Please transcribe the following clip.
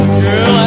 girl